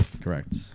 Correct